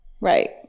Right